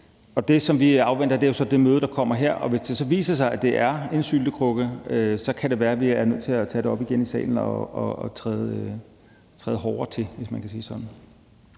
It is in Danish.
nu. Det, som vi afventer, er jo så det møde, der kommer her, og hvis det så viser sig, at det er en syltekrukke, så kan det være, at vi er nødt til at tage det op igen i salen og træde hårdere til, hvis man kan sige det sådan.